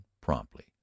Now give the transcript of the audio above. promptly